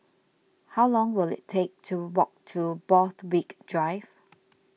how long will it take to walk to Borthwick Drive